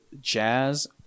Jazz